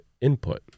input